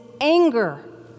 anger